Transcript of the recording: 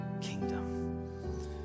kingdom